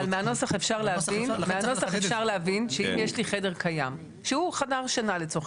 כי מהנוסח אפשר להבין שאם יש לי חדר קיים שהוא חדר שינה לצורך